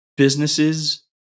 businesses